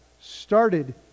started